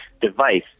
device